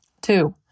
Two